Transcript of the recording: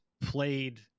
played